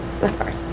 Sorry